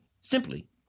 Simply